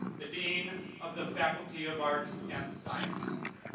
the dean of the faculty of arts and sciences